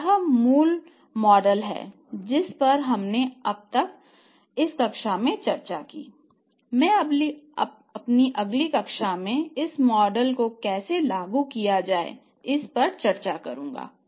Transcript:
तो यह मूल मॉडल है जिस पर हमने अब तक कि कक्षा में चर्चा की है मैं अगली कक्षा में इस मॉडल को कैसे लागू किया जाए इस पर चर्चा करूंगा